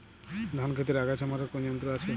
ধান ক্ষেতের আগাছা মারার কোন যন্ত্র আছে?